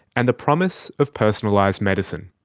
and the promise of personalised medicine.